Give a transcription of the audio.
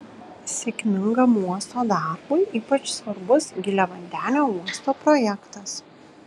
sėkmingam uosto darbui ypač svarbus giliavandenio uosto projektas